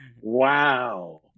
Wow